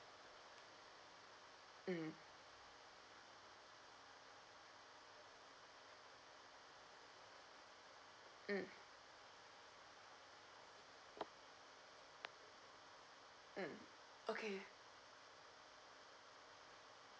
mm mm mm okay